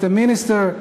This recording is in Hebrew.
Mr. Minister.